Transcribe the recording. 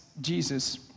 Jesus